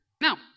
now